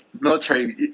military